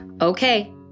Okay